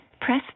press